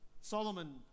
Solomon